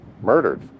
murdered